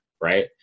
right